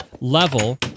level